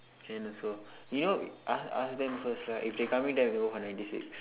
can also you know ask ask them first right if they coming then we go for ninety six